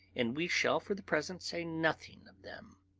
and we shall for the present say nothing of them.